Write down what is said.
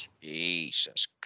jesus